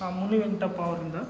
ಹಾಂ ಮುನಿವೆಂಕಟಪ್ಪ ಅವರಿಂದ